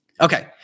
Okay